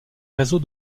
réseau